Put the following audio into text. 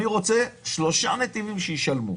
אני רוצה שלושה נתיבים שישלמו.